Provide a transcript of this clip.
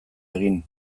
egin